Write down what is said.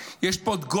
יש פה ממשלה של מנצחים.